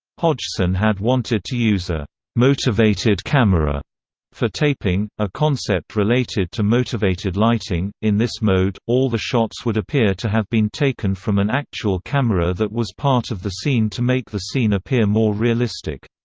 hodgson had wanted to use a motivated camera for taping, a concept related to motivated lighting in this mode, all the shots would appear to have been taken from an actual camera that was part of the scene to make the scene appear more realistic.